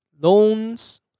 loans